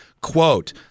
quote